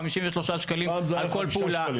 53 שקלים על כל פעולה.